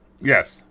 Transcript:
Yes